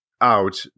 out